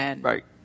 Right